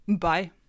Bye